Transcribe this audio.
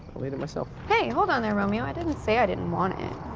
i'll eat it myself. hey, hold on there, romeo. i didn't say i didn't want it.